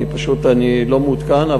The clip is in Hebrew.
אני פשוט לא מעודכן,